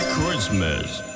Christmas